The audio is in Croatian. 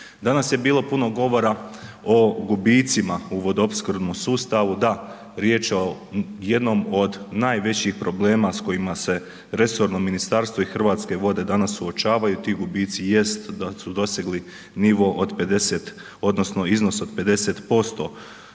Danas je bilo puno govora o gubicima u vodoopskrbnom sustavu, da, riječ je o jednom od najvećih problema s kojima se resorno ministarstvo i Hrvatske vode danas suočavaju i ti gubi jest da su dosegli nivo od 50 odnosno iznos od 50%.